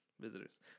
visitors